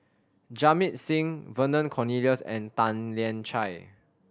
Jamit Singh Vernon Cornelius and Tan Lian Chye